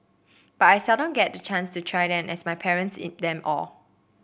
but I seldom get the chance to try them as my parents eat them all